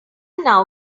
now